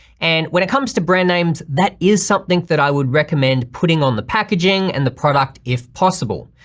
and when it comes to brand names that is something that i would recommend putting on the packaging and the product if possible,